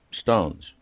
stones